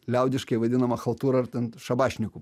liaudiškai vadinamą chalturą ar ten šabašnyku